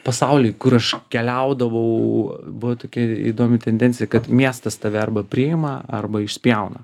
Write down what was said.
pasauly kur aš keliaudavau buvo tokia įdomi tendencija kad miestas tave arba priima arba išspjauna